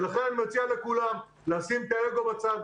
ולכן, אני מציע לכולם, לשים את האגו בצד.